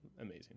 amazing